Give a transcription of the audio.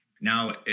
Now